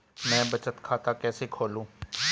मैं बचत खाता कैसे खोलूं?